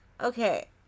Okay